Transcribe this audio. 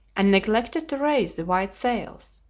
and neglected to raise the white sails,